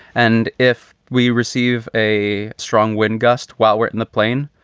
and if we receive a strong wind gust while we're in the plane,